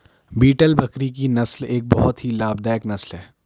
beetle बकरी की नस्ल एक बहुत ही लाभदायक नस्ल है